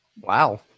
Wow